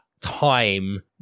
time